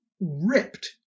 ripped